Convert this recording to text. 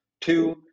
two